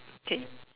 okay